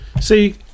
See